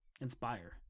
inspire